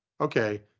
Okay